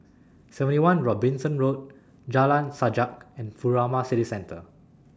seventy one Robinson Road Jalan Sajak and Furama City Centre